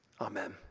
Amen